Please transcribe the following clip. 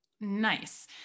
Nice